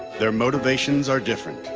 their motivations are different.